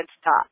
stop